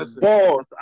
boss